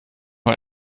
mal